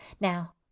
Now